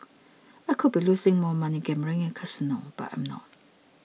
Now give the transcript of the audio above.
I could be losing more money gambling in a casino but I'm not